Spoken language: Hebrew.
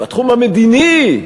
בתחום המדיני,